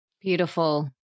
Beautiful